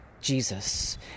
Jesus